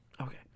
Okay